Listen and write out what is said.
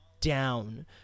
down